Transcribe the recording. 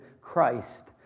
Christ